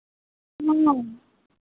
हाँ